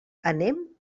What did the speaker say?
anem